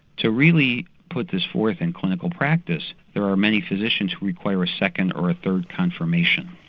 to really put this forth in clinical practice there are many physicians who require a second or a third confirmation.